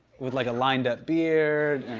with like a lined up beard,